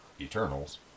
Eternals